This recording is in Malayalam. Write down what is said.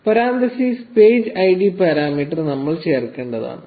1139 പരാൻതീസിസിൽ പേജ് ഐഡി പാരാമീറ്റർ നമ്മൾ ചേർക്കേണ്ടതാണ്